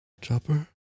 Chopper